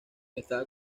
estaba